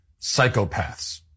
psychopaths